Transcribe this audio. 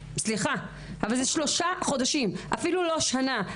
סליחה, אבל זה שלושה חודשים, אפילו לא שנה.